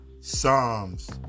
Psalms